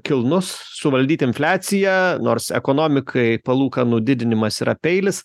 kilnus suvaldyti infliaciją nors ekonomikai palūkanų didinimas yra peilis